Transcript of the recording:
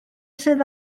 sydd